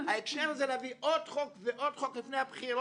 ההקשר הוא להביא עוד חוק ועוד חוק לפני הבחירות,